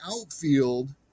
outfield